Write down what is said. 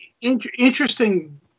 interesting